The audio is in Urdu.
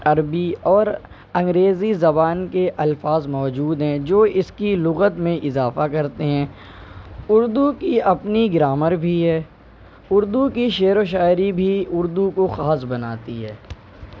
عربی اور انگریزی زبان کے الفاظ موجود ہیں جو اس کی لغت میں اضافہ کرتے ہیں اردو کی اپنی گرامر بھی ہے اردو کی شعر و شاعری بھی اردو کو خاص بناتی ہے